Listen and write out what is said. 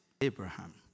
Abraham